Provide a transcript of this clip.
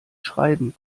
schreiben